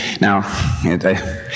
Now